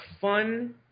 fun